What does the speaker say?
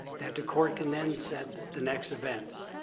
that the court can then set the next events?